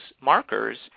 markers